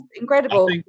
incredible